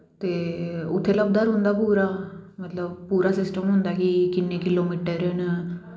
ते उत्थें लभदा रौंह्दा पूरा मतलव पूरा सिस्टम होंदा कि किन्ने किलो मीटर न